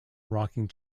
rocking